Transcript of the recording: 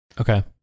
Okay